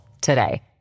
today